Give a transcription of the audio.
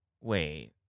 Wait